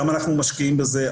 כמה אנחנו משקיעים בזה,